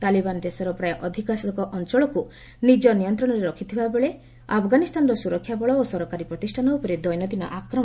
ତାଲିବାନ୍ ଦେଶର ପ୍ରାୟ ଅର୍ଦ୍ଧାଧିକ ଅଞ୍ଚଳକୁ ନିଜ ନିୟନ୍ତ୍ରଣରେ ରଖିଥିବା ବେଳେ ଆଫ୍ଗାନିସ୍ତାନର ସୁରକ୍ଷାବଳ ଓ ସରକାରୀ ପ୍ରତିଷ୍ଠାନ ଉପରେ ଦୈନନ୍ଦିନ ଆକ୍ରମଣ କରିଚାଲିଛି